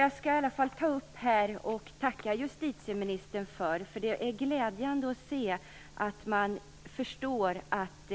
Jag skall i alla fall rikta ett tack till justitieministern. Det är glädjande att se att hon förstår att